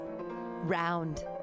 round